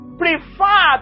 prefer